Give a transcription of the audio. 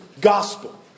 gospel